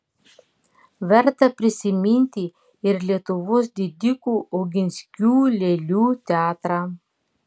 verta prisiminti ir lietuvos didikų oginskių lėlių teatrą